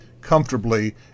comfortably